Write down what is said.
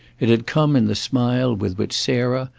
it had come in the smile with which sarah,